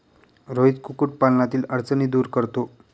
रोहित कुक्कुटपालनातील अडचणी दूर करतो